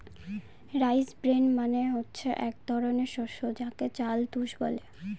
rice bran মানে হচ্ছে এক ধরনের শস্য যাকে চাল তুষ বলে